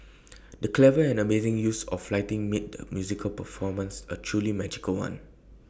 the clever and amazing use of lighting made the musical performance A truly magical one